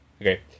Okay